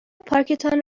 پارکتان